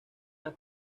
las